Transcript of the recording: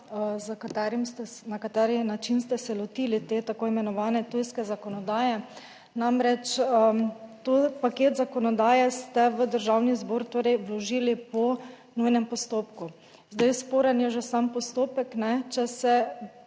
na kateri način ste se lotili te tako imenovane tujske zakonodaje. Namreč, ta paket zakonodaje ste v Državni zbor torej vložili po nujnem postopku. Zdaj, sporen je že sam postopek, če se